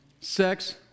sex